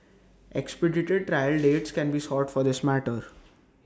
expedited trial dates can be sought for this matter